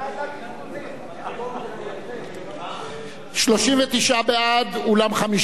הצעת סיעת העבודה להביע